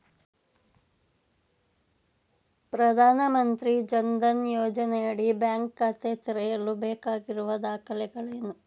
ಪ್ರಧಾನಮಂತ್ರಿ ಜನ್ ಧನ್ ಯೋಜನೆಯಡಿ ಬ್ಯಾಂಕ್ ಖಾತೆ ತೆರೆಯಲು ಬೇಕಾಗಿರುವ ದಾಖಲೆಗಳೇನು?